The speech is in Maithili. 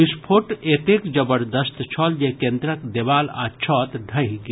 विस्फोट एतेक जबरदस्त छल जे केन्द्रक देवाल आ छत ढहि गेल